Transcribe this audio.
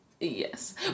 Yes